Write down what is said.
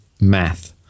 math